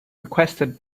requested